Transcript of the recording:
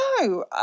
No